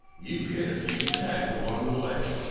you hit a few snags along the way.